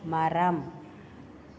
மரம்